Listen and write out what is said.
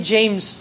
James